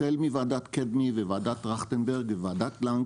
החל מוועדת קדמי וועדת טרכטנברג וועדת לנג